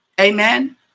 Amen